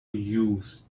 used